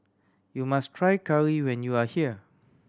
you must try curry when you are here